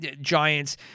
Giants